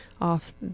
off